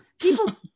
People